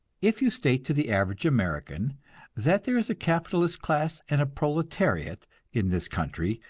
if you state to the average american that there is a capitalist class and a proletariat in this country,